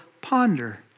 Ponder